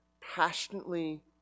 passionately